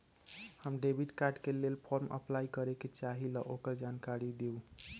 हम debit card के लेल फॉर्म अपलाई करे के चाहीं ल ओकर जानकारी दीउ?